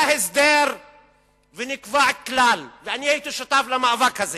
היה הסדר ונקבע כלל, הייתי שותף למאבק הזה